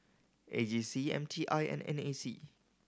A G C M T I and N A C